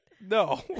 No